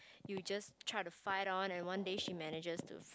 you just try to fight on and one day she manages to